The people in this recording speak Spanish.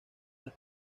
las